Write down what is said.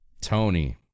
Tony